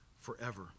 forever